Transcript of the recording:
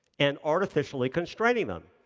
and artificially constraining them.